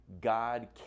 God